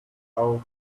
out